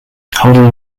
holding